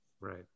Right